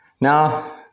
Now